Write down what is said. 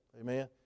Amen